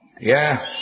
Yes